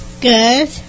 Good